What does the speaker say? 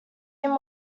him